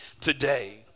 today